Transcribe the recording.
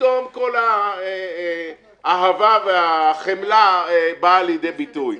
פתאום כל אהבה והחמלה באה לידי ביטוי.